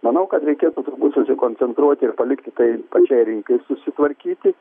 manau kad reikėtų turbūt susikoncentruoti ir palikti tai pačiai rinkai susitvarkyti